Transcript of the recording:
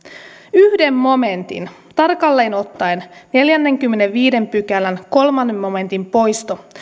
yhden momentin tarkalleen ottaen neljännenkymmenennenviidennen pykälän kolmannen momentin poisto